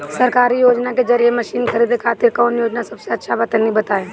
सरकारी योजना के जरिए मशीन खरीदे खातिर कौन योजना सबसे अच्छा बा तनि बताई?